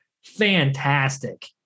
Fantastic